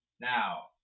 Now